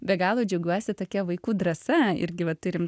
be galo džiaugiuosi tokia vaikų drąsa irgi va turim